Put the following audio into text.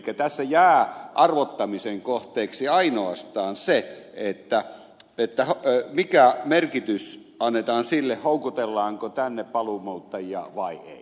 elikkä tässä jää arvottamisen kohteeksi ainoastaan se että mikä merkitys annetaan sille houkutellaanko tänne paluumuuttajia vai ei